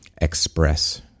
express